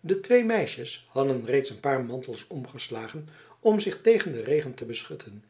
de twee meisjes hadden reeds een paar mantels omgeslagen om zich tegen den regen te beschutten